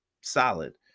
solid